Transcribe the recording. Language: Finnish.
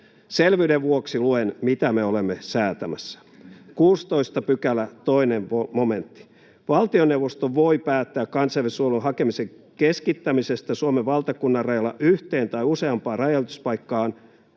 Selvyyden vuoksi luen, mitä me olemme säätämässä. 16 §, 2 momentti: ”Valtioneuvosto voi päättää kansainvälisen suojelun hakemisen keskittämisestä Suomen valtakunnanrajalla yhteen tai useampaan rajanylityspaikkaan,